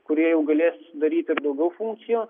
kurie jau galės daryti daugiau funkcijų